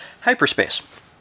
Hyperspace